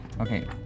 Okay